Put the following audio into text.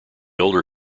older